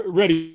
ready